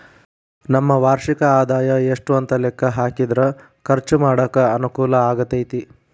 ನಮ್ಮ ವಾರ್ಷಿಕ ಆದಾಯ ಎಷ್ಟು ಅಂತ ಲೆಕ್ಕಾ ಹಾಕಿದ್ರ ಖರ್ಚು ಮಾಡಾಕ ಅನುಕೂಲ ಆಗತೈತಿ